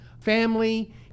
family